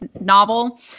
novel